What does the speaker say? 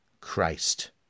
Christ